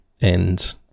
and-